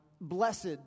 blessed